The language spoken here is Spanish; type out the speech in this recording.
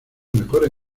mejores